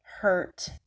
hurt